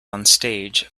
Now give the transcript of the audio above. onstage